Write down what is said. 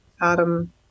Adam